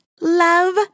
love